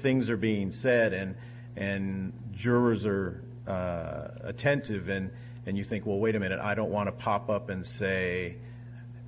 things are being said in and jurors are attentive in and you think well wait a minute i don't want to pop up and say